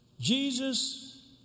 Jesus